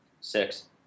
Six